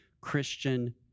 Christian